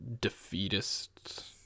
defeatist